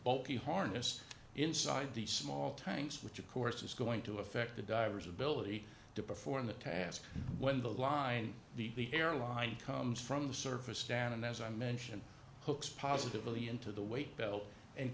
bulky harness inside the small tanks which of course is going to affect the divers ability to perform the task when the line the airline comes from the surface down and as i mentioned hooks positively into the weight belt and